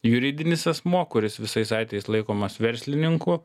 juridinis asmuo kuris visais atvejais laikomas verslininku